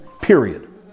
Period